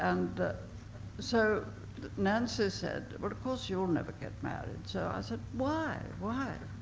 and so nancy said, well, of course you'll never get married, so i said, why? why?